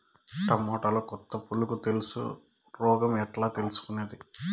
టమోటాలో కొత్త పులుగు తెలుసు రోగం ఎట్లా తెలుసుకునేది?